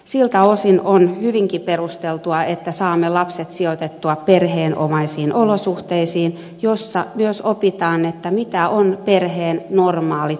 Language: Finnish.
siltä osin on hyvinkin perusteltua että saamme lapset sijoitettua perheenomaisiin olosuhteisiin joissa myös opitaan mitä ovat perheen normaalit arkirutiinit